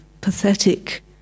pathetic